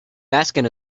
baskin